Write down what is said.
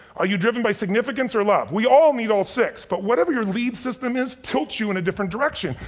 are you driven by significance or love? we all need all six but whatever your lead system is tilts you in a different direction,